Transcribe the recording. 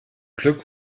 glück